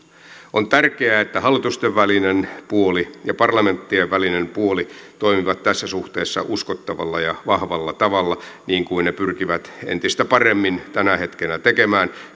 on tärkeää että hallitusten välinen puoli ja parlamenttien välinen puoli toimivat tässä suhteessa uskottavalla ja vahvalla tavalla niin kuin ne pyrkivät entistä paremmin tänä hetkenä tekemään